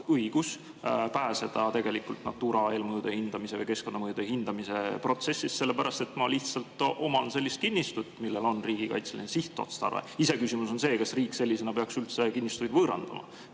õigus pääseda Natura eelmõjude hindamise või keskkonnamõjude hindamise protsessist, sellepärast et ma lihtsalt oman sellist kinnistut, millel on riigikaitseline sihtotstarve? Iseküsimus on see, kas riik sellisena peaks üldse kinnistuid võõrandama